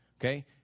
Okay